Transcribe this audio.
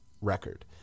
record